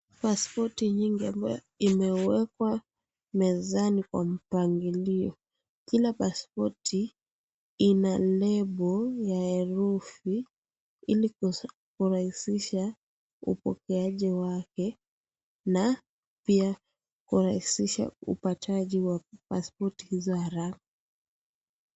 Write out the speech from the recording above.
Paspoti nyingi ambayo imewekwa mezani kwa mpangilio. Kila paspoti, ina nembo ya herufi ili kurahisisha upokeaji wake na pia kurahisisha, upataji wa paspoti hizo haraka.